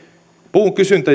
puun kysyntä